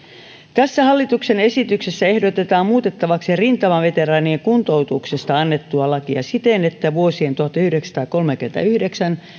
tässä hallituksen esityksessä ehdotetaan muutettavaksi rintamaveteraanien kuntoutuksesta annettua lakia siten että vuosien tuhatyhdeksänsataakolmekymmentäyhdeksän viiva